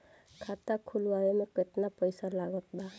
खाता खुलावे म केतना पईसा लागत बा?